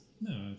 No